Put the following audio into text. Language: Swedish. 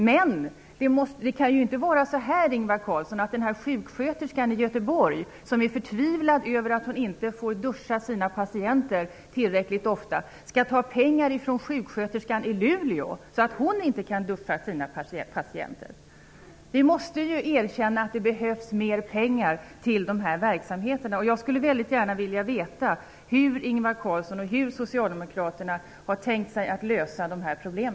Men det kan ju inte vara så, Ingvar Carlsson, att sjuksköterskan i Göteborg som är förtvivlad över att hon inte får duscha sina patienter tillräckligt ofta skall ta pengar från sjuksköterskan i Luleå, så att hon inte kan duscha sina patienter. Vi måste erkänna att det behövs mer pengar till dessa verksamheter, och jag vill mycket gärna veta hur Ingvar Carlsson och socialdemokraterna har tänkt sig att lösa dessa problem.